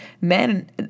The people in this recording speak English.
men